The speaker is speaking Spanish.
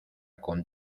con